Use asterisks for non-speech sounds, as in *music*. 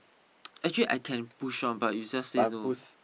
*noise* actually I can push one but you just say no